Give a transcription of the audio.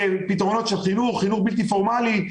לפתרונות של חינוך בלתי פורמלי,